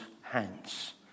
hands